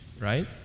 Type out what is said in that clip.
right